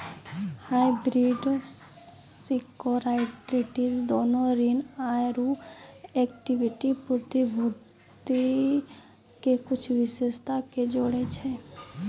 hybrid securities दोनो ऋण आरु इक्विटी प्रतिभूति के कुछो विशेषता के जोड़ै छै